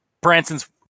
Branson's